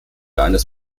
eines